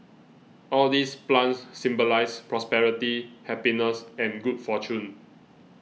all these plants symbolise prosperity happiness and good fortune